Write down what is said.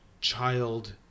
child